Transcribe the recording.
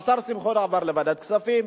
מהשר שמחון עבר לוועדת כספים,